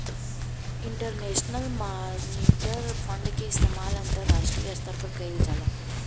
international monetary fund के इस्तमाल अंतरराष्ट्रीय स्तर पर कईल जाला